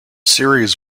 series